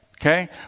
okay